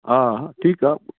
हा ठीकु आहे